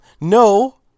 No